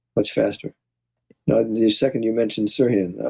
much faster now, the second you mentioned sirhan.